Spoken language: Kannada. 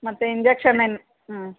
ಮತ್ತು ಇಂಜೆಕ್ಷನ್ ಏನು ಹ್ಞೂ